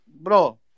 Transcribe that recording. Bro